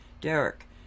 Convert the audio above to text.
Derek